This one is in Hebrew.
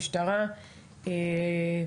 שמענו גם את השינויים בתוך המשטרה ועם זאת